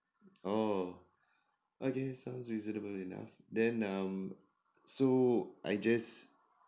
oh okay sounds reasonable enough then um so I just